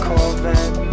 Corvette